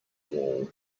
wall